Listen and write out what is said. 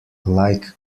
like